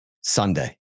Sunday